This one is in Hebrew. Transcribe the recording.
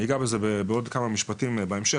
אני אגע בזה בעוד כמה משפטים בהמשך,